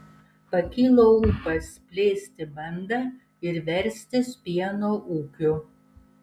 pakilo ūpas plėsti bandą ir verstis pieno ūkiu